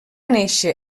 néixer